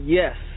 yes